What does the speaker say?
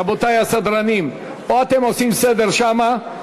רבותי הסדרנים, או שאתם עושים סדר שם,